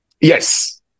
Yes